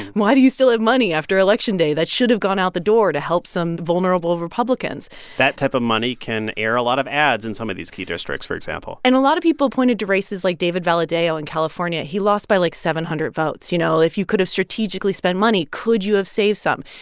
why do you still have money after election day? that should have gone out the door to help some vulnerable republicans that type of money can air a lot of ads in some of these key districts, for example and a lot of people pointed to races like david valadao in ah and california. he lost by, like, seven hundred votes. you know, if you could have strategically spent money, could you have saved some?